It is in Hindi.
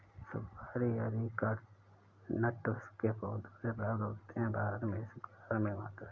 सुपारी अरीकानट के पौधों से प्राप्त होते हैं भारत में इसका धार्मिक महत्व है